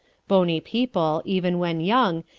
bony people, even when young,